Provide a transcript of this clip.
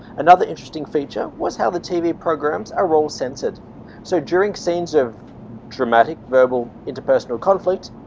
another interesting feature was how the tv programs are all censored so during scenes of dramatic verbal interpersonal conflict,